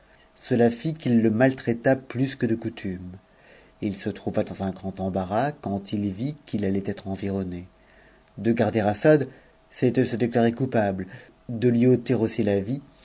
cela fit qu'il le maltraita plus que de coutume h se trouva dans un grand embarras quand il vit qu'il allait être mvironné de garder assad c'était se déclarer coupable de lui ôter aussi la vie